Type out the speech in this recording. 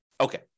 Okay